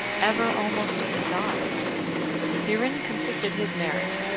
ever almost in his eyes herein consisted his merit,